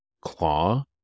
claw